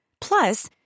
Plus